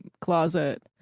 closet